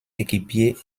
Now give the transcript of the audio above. équipier